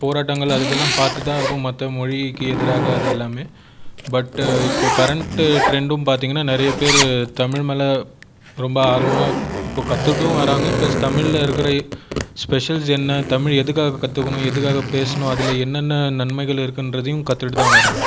போராட்டங்கள் அது இதெல்லாம் பார்த்து தான் இருக்கும் மற்ற மொழிக்கு எதிராக அது எல்லாமே பட் இப்போ கரண்ட் ட்ரெண்டும் பார்த்தீங்கன்னா நிறைய பேர் தமிழ் மேலே ரொம்ப ஆர்வமாக இப்போது கற்றுட்டும் வராங்க பிளஸ் தமிழில் இருக்கற ஸ்பெஷல்ஸ் என்ன தமிழ் எதுக்காக கற்றுக்கணும் எதுக்காக பேசணும் அதில் என்னென்ன நன்மைகள் இருக்கின்றதையும் கற்றுட்டு தான் வராங்க